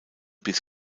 bis